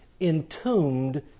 entombed